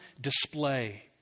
display